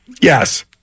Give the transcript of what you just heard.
Yes